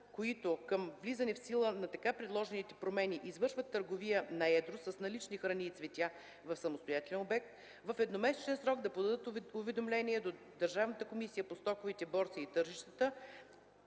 които към влизането в сила така предложените промени, извършват търговия на едро с налични храни и цветя в самостоятелен обект, в едномесечен срок да подадат уведомление до Държавната комисия по стоковите борси и тържищата,